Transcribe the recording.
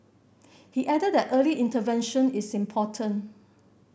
he added that early intervention is important